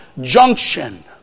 junction